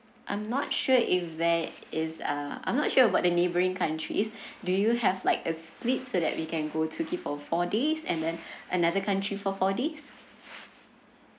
I'm not sure if there is uh I'm not sure about the neighbouring countries do you have like a split so that we can go to give our four days and then another country for four days